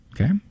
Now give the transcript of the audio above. okay